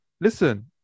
Listen